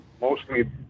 mostly